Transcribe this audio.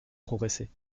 progresser